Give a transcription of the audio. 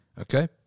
Okay